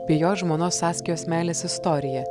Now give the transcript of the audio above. bei jo žmonos saskijos meilės istorija